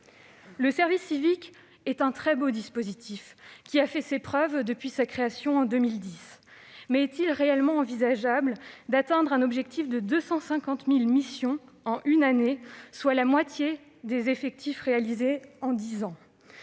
Le service civique est un très beau dispositif qui a fait ses preuves depuis sa création, en 2010. Toutefois, est-il réellement envisageable d'atteindre un objectif de 250 000 missions en une année, soit la moitié de ce qui a été réalisé en dix ans ?